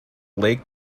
lake